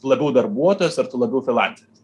labiau darbuotojas ar tu labiau frylanceris